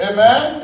Amen